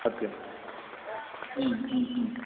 सत्यम्